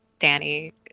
Danny